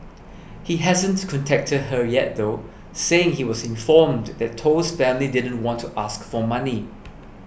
he hasn't contacted her yet though saying he was informed that Toh's family didn't want to ask for money